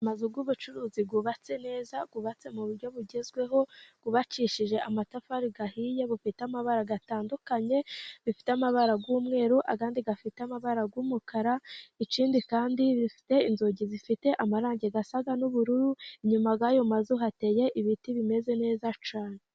Amazu y'ubucuruzi yubatse neza, yubatse mu buryo bugezweho yubakishije amatafari ahiye, bufite amabara atandukanye bifite amabara y'umweru, ayandi afite amabara y'umukara, ikindi kandi bifite inzugi zifite amarangi asa n'ubururu, inyuma y'ayo mazu hateye ibiti bimeze neza cyane.